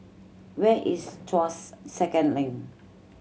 where is Tuas Second Link